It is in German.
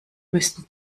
müssen